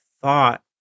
thought